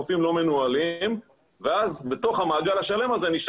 חופים לא מנוהלים ואז בתוך המעגל השלם הזה נשאר